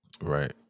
Right